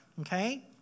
okay